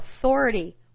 authority